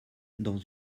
dans